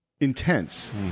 intense